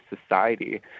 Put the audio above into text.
society